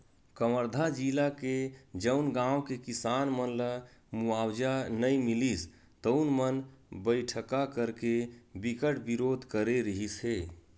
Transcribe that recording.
कवर्धा जिला के जउन गाँव के किसान मन ल मुवावजा नइ मिलिस तउन मन बइठका करके बिकट बिरोध करे रिहिस हे